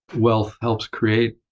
wealth helps create